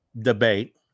debate